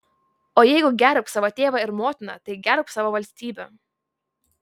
o jeigu gerbk savo tėvą ir motiną tai gerbk savo valstybę